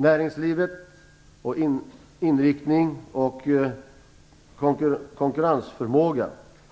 Näringslivets inriktning och konkurrensförmåga,